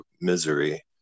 misery